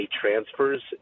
transfers